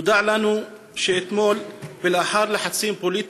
נודע לנו שאתמול, לאחר לחצים פוליטיים,